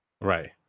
right